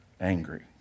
angry